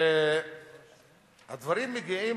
הדברים מגיעים